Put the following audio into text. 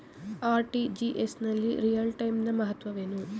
RTGS ನಲ್ಲಿ real time ನ ಮಹತ್ವವೇನು?